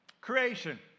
Creation